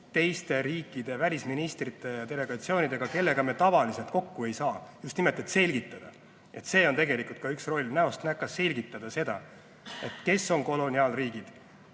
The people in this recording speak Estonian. teiste riikide välisministrite ja delegatsioonidega, kellega me tavaliselt kokku ei saa, ja just nimelt, et selgitada. See on tegelikult ka üks roll: näost näkku selgitada seda, kes on koloniaalriigid.